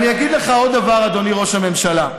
אבל ראש הממשלה,